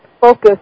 focus